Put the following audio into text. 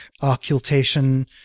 occultation